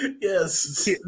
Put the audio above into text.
Yes